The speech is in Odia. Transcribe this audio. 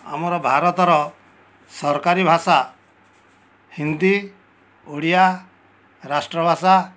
ଆମର ଭାରତର ସରକାରୀ ଭାଷା ହିନ୍ଦୀ ଓଡ଼ିଆ ରାଷ୍ଟ୍ର ଭାଷା